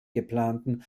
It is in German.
geplanten